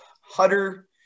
hutter